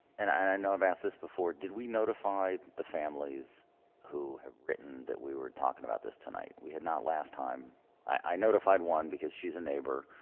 and i know i've asked this before did we notify the families who have written that we were talking about this tonight we had not last time i notified one because she's a neighbor